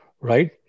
right